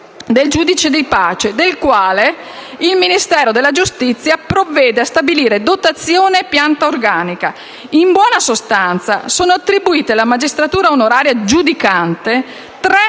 del giudice di pace, del quale il Ministro della giustizia provvede a stabilire la dotazione e pianta organica. In buona sostanza sono attribuite alla magistratura onoraria giudicante tre